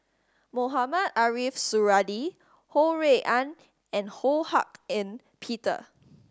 Mohamed Ariff Suradi Ho Rui An and Ho Hak Ean Peter